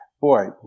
Boy